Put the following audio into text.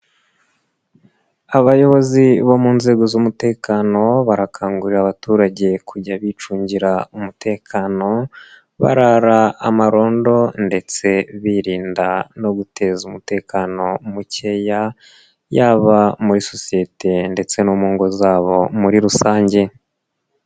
Abayobozi bo mu nzego z'umutekano barakangurira abaturage kujya bicungira umutekano, barara amarondo ndetse birinda no guteza umutekano mukeya yaba muri sosiyete ndetse no mu ngo zabo muri rusange.